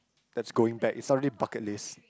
that's going back it's not really bucket list